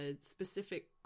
specific